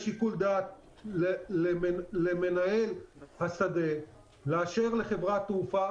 יש שיקול דעת למנהל השדה לאשר לחברת תעופה,